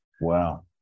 Wow